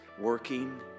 working